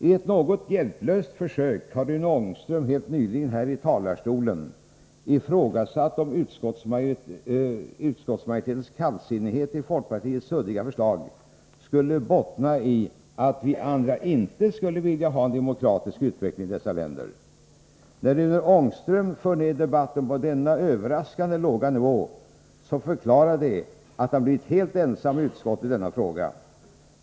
I ett något hjälplöst försök har Rune Ångström helt nyligen här i talarstolen ifrågasatt om utskottsmajoritetens kallsinnighet till folkpartiets suddiga förslag skulle bottna i att vi andra inte skulle vilja ha en demokratisk utveckling i dessa länder. När Rune Ångström för ned debatten på denna överraskande låga nivå, förklarar det att han blivit helt ensam i utskottet i denna fråga.